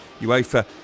UEFA